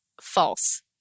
false